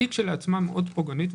היא כשלעצמה מאוד פוגענית,